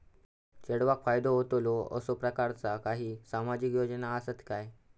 चेडवाक फायदो होतलो असो प्रकारचा काही सामाजिक योजना असात काय?